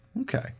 Okay